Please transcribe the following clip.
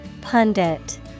Pundit